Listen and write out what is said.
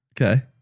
Okay